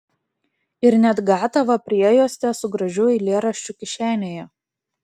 ir net gatavą priejuostę su gražiu eilėraščiu kišenėje